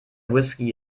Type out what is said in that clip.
whisky